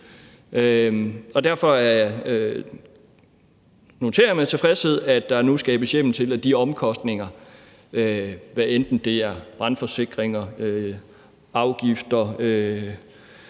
jeg mig med tilfredshed, at der nu skabes hjemmel til, at de omkostninger, hvad enten det er brandforsikringer, afgifter